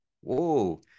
whoa